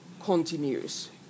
continues